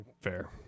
fair